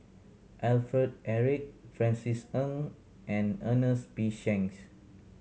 Alfred Eric Francis Ng and Ernest P Shanks